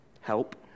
Help